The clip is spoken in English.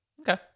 Okay